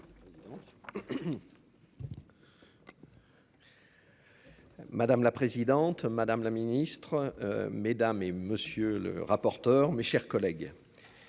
Madame la présidente, madame la ministre, monsieur le rapporteur, mes chers collègues.